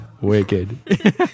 Wicked